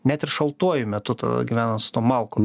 net ir šaltuoju metu tada gyvenot su tom malkom